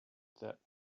that